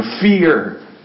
fear